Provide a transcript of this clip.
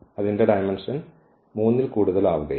അതിന്റെ ഡയമെന്ഷൻ 3 ൽ കൂടുതൽ ആവുകയില്ല